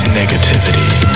negativity